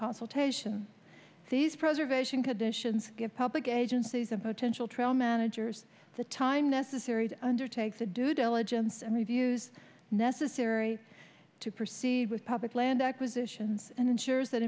consultation these preservation conditions give public agencies of attentional trail managers the time necessary to undertake the due diligence and reviews necessary to proceed with public land acquisitions and ensures that